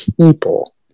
people